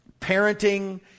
parenting